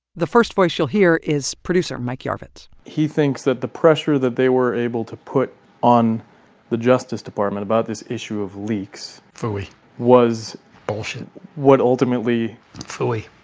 the first voice you'll hear is producer mike yarvitz he thinks that the pressure that they were able to put on the justice department about this issue of leaks phooey was bullshit what ultimately phooey.